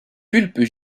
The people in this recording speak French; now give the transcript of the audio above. pulpe